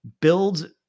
Build